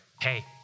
Hey